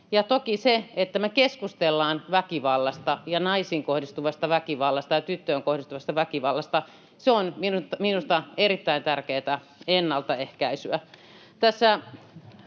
Ja toki se, että me keskustellaan väkivallasta, naisiin kohdistuvasta väkivallasta ja tyttöihin kohdistuvasta väkivallasta, on minusta erittäin tärkeätä ennalta ehkäisyä.